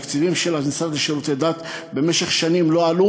התקציבים של המשרד לשירותי דת במשך שנים לא עלו,